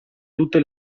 tutte